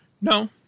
No